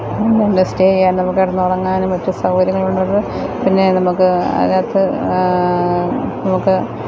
stay ചെയ്യാന് നമുക്ക് കിടന്നുറങ്ങാനും ഒക്കെ സൗകര്യങ്ങളുണ്ടപ്പം പിന്നെ നമുക്ക് അതിനകത്ത് നമുക്ക്